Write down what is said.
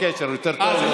אין קשר, יותר טוב, פחות טוב.